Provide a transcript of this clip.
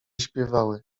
śpiewały